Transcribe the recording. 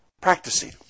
Practicing